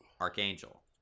Archangel